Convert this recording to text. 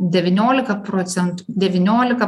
devyniolika procentų devyniolika